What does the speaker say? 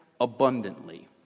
abundantly